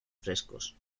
frescos